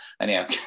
anyhow